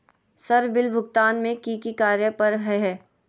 Sir bill भुगतान में की की कार्य पर हहै?